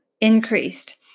increased